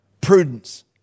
Prudence